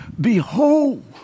behold